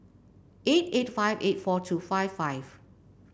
eight eight five eight four two five five